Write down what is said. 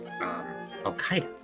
al-qaeda